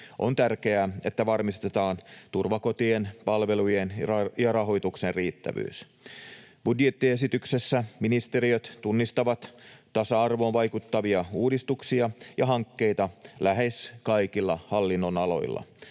On tärkeää, että varmistetaan turvakotien palvelujen ja rahoituksen riittävyys. Budjettiesityksessä ministeriöt tunnistavat tasa-arvoon vaikuttavia uudistuksia ja hankkeita lähes kaikilla hallinnonaloilla.